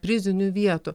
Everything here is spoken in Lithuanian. prizinių vietų